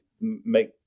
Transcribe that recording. make